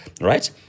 right